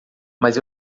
mas